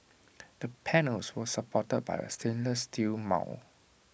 the panels were supported by A stainless steel mount